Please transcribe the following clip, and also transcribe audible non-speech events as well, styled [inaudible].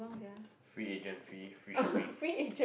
[breath] free agent fee free shipping